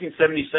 1977